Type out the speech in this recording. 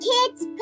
Kids